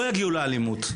לא יגיעו לאלימות.